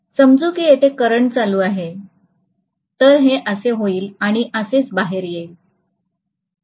समजू की येथे करंट चालू आहे तर हे असे होईल आणि असेच बाहेर येईल